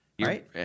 right